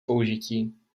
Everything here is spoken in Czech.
použití